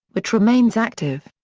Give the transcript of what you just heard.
which remains active.